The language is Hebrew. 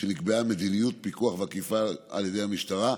שנקבעה מדיניות פיקוח ואכיפה על ידי המשטרה,